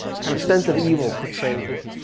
kind of sense of evil portrays this